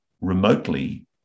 remotely